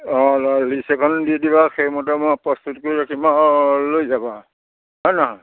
অঁ ল লিষ্ট এখন দি দিবা সেইমতে মই প্ৰস্তুত কৰি ৰাখিম আৰু লৈ যাবা হয় নে নহয়